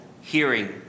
hearing